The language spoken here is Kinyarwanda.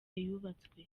yubatswe